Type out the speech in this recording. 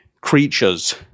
creatures